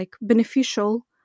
beneficial